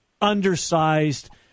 undersized